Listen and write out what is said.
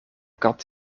kat